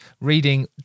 reading